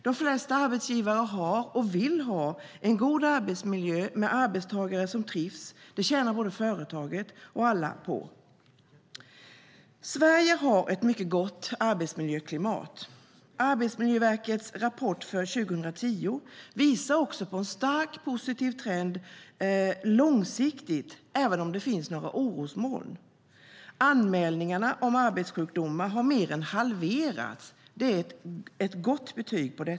De flesta arbetsgivare har och vill ha en god arbetsmiljö med arbetstagare som trivs. Det tjänar både företaget och alla på. Sverige har ett mycket gott arbetsmiljöklimat. Arbetsmiljöverkets rapport för 2010 visar också på en stark, positiv trend långsiktigt, även om det finns några orosmoln. Anmälningarna om arbetssjukdomar har mer än halverats. Det är ett gott betyg.